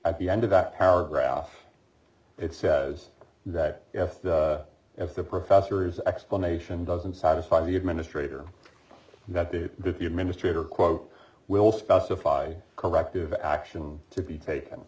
at the end of that paragraph it says that if the if the professor's explanation doesn't satisfy the administrator that do the administrator quote will specified corrective action to be taken